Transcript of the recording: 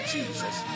Jesus